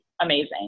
amazing